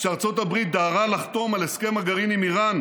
כשארצות הברית דהרה לחתום על הסכם הגרעין עם איראן,